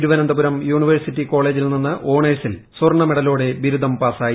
Thiruvananthapuram university കോളേജിൽ നിന്ന് ഓണേഴ്സിൽ സ്വർണമെഡലോടെ ബിരുദം പാസായി